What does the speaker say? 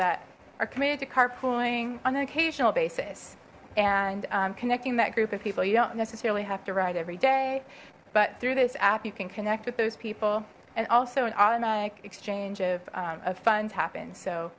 that are committed to carpooling on an occasional basis and connecting that group of people you don't necessarily have to ride every day but through this app you can connect with those people and also an automatic exchange of funds happen so